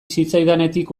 zitzaidanetik